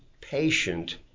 patient